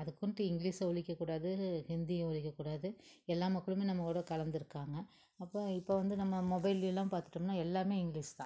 அதுக்குன்ட்டு இங்கிலீஷை ஒழிக்கக்கூடாது ஹிந்தியை ஒழிக்கக்கூடாது எல்லாம் மக்களும் நம்மளோடு கலந்து இருக்காங்க அப்போது இப்போ வந்து நம்ம மொபைல் எல்லாம் பார்த்துட்டோம்னா எல்லாம் இங்கிலிஷ் தான்